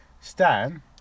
Stan